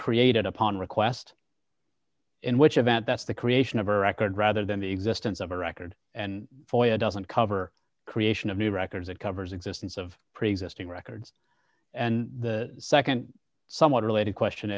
created upon request in which event that's the creation of a record rather than the existence of a record and boy it doesn't cover creation of new records it covers existence of preexisting records and the nd somewhat related question